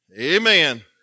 Amen